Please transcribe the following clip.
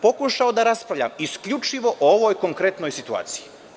Pokušao sam da raspravljam isključivo o ovoj konkretnoj situaciji.